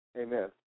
amen